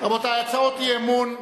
רבותי, הצעות אי-אמון,